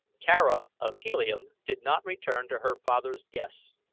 tara of helium did not return to her father's guests,